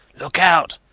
look out!